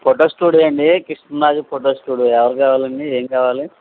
photo studio అండి Kishnanagar photo studio ఎవరు కావాలండి ఏం కావాలి